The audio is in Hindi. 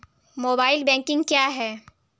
मोबाइल बैंकिंग क्या है?